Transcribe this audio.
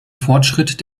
fortschritt